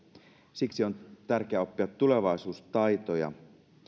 siksi on tärkeää oppia tulevaisuustaitoja